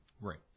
Right